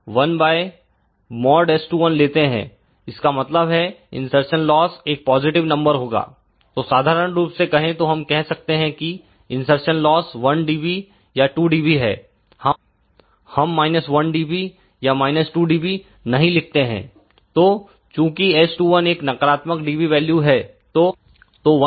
लेते हैं इसका मतलब है इनसरसन लॉस एक पॉजिटिव नंबर होगा तो साधारण रूप से कहें तो हम कहते हैं कि इनसरसन लॉस 1 dB या 2 dB है हम 1dB या 2 dB नहीं लिखते हैं तो चूकि S21 एक नकारात्मक dB वैल्यू है तो 1